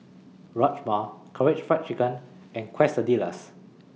Rajma Karaage Fried Chicken and Quesadillas